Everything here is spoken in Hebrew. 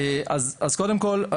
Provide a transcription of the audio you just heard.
קודם כל,